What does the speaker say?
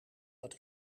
dat